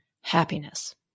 Happiness